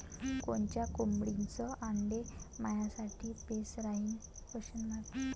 कोनच्या कोंबडीचं आंडे मायासाठी बेस राहीन?